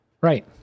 Right